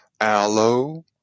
aloe